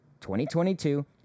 2022